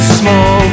small